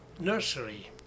nursery